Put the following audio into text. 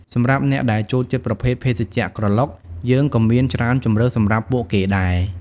សម្រាប់អ្នកដែលចូលចិត្តប្រភេទភេសជ្ជៈក្រឡុក យើងក៏មានច្រើនជម្រើសសម្រាប់ពួកគេដែរ។